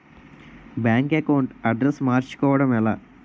Bank account address మార్చుకోవడం ఎలా?